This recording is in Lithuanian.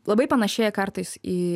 labai panašėja kartais į